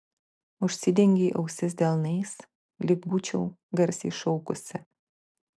užsidengei ausis delnais lyg būčiau garsiai šaukusi